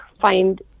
find